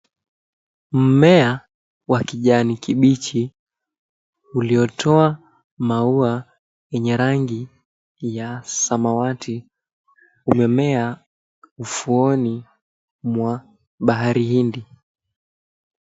Mmea wa kijani kibichi uliotoa maua yenye rangi ya samawati umemea ufuoni mwa bahari hindi.